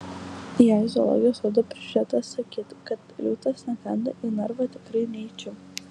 jei zoologijos sodo prižiūrėtojas sakytų kad liūtas nekanda į narvą tikrai neičiau